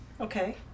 Okay